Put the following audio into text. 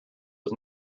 was